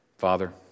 Father